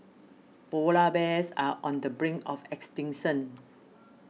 Polar Bears are on the brink of extinction